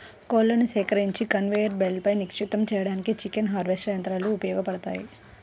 కోళ్లను సేకరించి కన్వేయర్ బెల్ట్పై నిక్షిప్తం చేయడానికి చికెన్ హార్వెస్టర్ యంత్రాలు ఉపయోగపడతాయి